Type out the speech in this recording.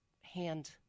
hand